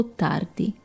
tardi